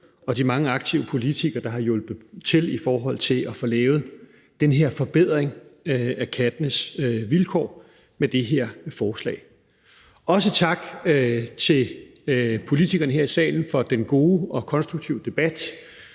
og de mange aktive politikere, der har hjulpet til i forhold til at få lavet den her forbedring af kattenes vilkår med det her forslag. Jeg vil også sige tak til politikerne her i salen for den gode og konstruktive debat,